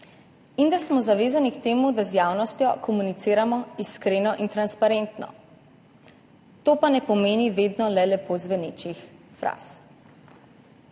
in da smo zavezani k temu, da z javnostjo komuniciramo iskreno in transparentno. To pa ne pomeni vedno le lepo zvenečih fraz.